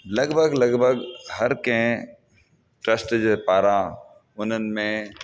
लॻभॻि लॻभॻि हर कंहिं ट्रस्ट जे पारां उन्हनि में